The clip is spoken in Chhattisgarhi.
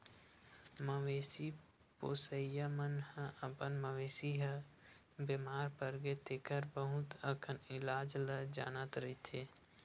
मवेशी पोसइया मन ह अपन मवेशी ह बेमार परगे तेखर बहुत अकन इलाज ल जानत रहिथे